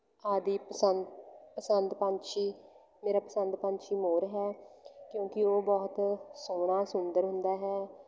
ਆਦਿ ਪਸੰਦ ਪਸੰਦ ਪੰਛੀ ਮੇਰਾ ਪਸੰਦ ਪੰਛੀ ਮੋਰ ਹੈ ਕਿਉਂਕਿ ਉਹ ਬਹੁਤ ਸੋਹਣਾ ਸੁੰਦਰ ਹੁੰਦਾ ਹੈ